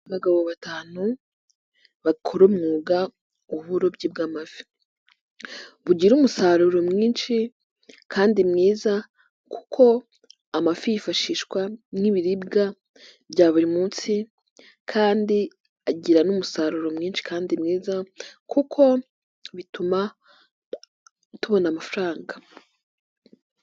Abagabo batanu bakora umwuga w'uburobyi bw'amafi, bugira umusaruro mwinshi kandi mwiza kuko amafi yifashishwa; ni ibiribwa bya buri munsi kandi agira n'umusaruro mwinshi kandi mwiza kuko bituma tubona amafaranga.